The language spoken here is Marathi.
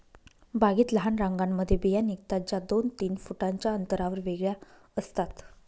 बागेत लहान रांगांमध्ये बिया निघतात, ज्या दोन तीन फुटांच्या अंतरावर वेगळ्या असतात